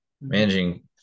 managing